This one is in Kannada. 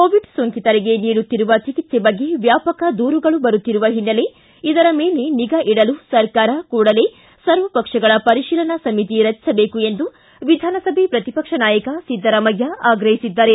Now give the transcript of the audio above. ಕೋವಿಡ್ ಸೋಂಕಿತರಿಗೆ ನೀಡುತ್ತಿರುವ ಚಿಕಿತ್ಸೆ ಬಗ್ಗೆ ವ್ಯಾಪಕ ದೂರುಗಳು ಬರುತ್ತಿರುವ ಹಿನ್ನೆಲೆ ಇದರ ಮೇಲೆ ನಿಗಾ ಇಡಲು ಸರ್ಕಾರ ಕೂಡಲೇ ಸರ್ವಪಕ್ಷಗಳ ಪರಿಶೀಲನಾ ಸಮಿತಿ ರಚಿಸಬೇಕು ಎಂದು ವಿಧಾನಸಭೆ ಪ್ರತಿಪಕ್ಷ ನಾಯಕ ಸಿದ್ದರಾಮಯ್ಯ ಆಗ್ರಹಿಸಿದ್ದಾರೆ